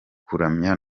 kuramya